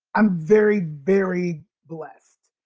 i'm very, very blessed,